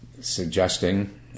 suggesting